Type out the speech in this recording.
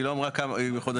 היא לא אמרה כמה חודשים,